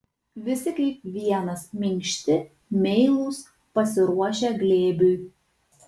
visi kaip vienas minkšti meilūs pasiruošę glėbiui